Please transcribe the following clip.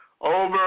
Over